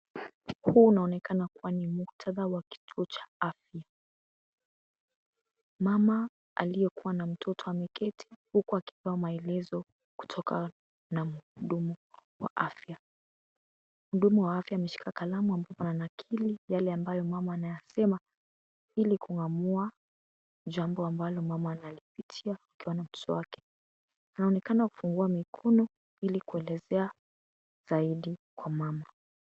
Huu unaonekana ni muktadha wa kituo cha afya. Mama aliyekuwa na mtoto ameketi huku akipewa maelezo kutoka na muhudumu wa afya. Muhudumu wa afya ameshika kalamu ambapo ananakili yale ambayo mama anayasema ili kuamua jambo ambalo mama analipitia wakiwa na mtoto wake. Anaonekana kufungua mikono ili kuelezea zaidi kwa mama.